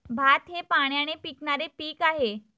भात हे पाण्याने पिकणारे पीक आहे